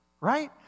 right